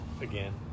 again